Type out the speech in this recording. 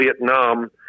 Vietnam